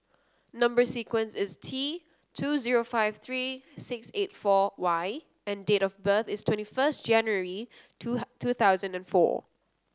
number sequence is T two zero five three six eight four Y and date of birth is twenty first January two two thousand and four